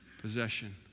possession